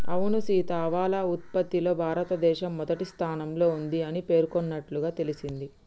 అవును సీత ఆవాల ఉత్పత్తిలో భారతదేశం మొదటి స్థానంలో ఉంది అని పేర్కొన్నట్లుగా తెలింది